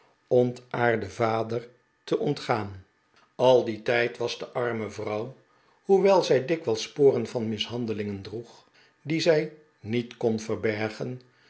ontaarden vader te ontgaan a dien tijd was de arme vrouwt hoewel zij dikwijls sporen van mishandelingen droeg die zij niet kon verbergen